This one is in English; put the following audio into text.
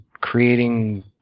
creating